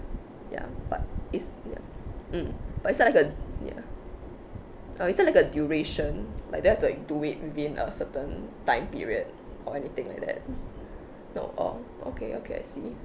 ya but it's ya mm but is that like a ya uh is that like a duration like that have to do it within a certain time period or anything like that no orh okay okay I see